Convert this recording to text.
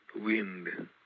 wind